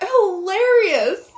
hilarious